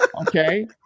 Okay